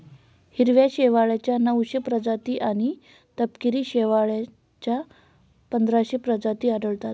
हिरव्या शेवाळाच्या नऊशे प्रजाती आणि तपकिरी शेवाळाच्या पंधराशे प्रजाती आढळतात